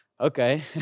Okay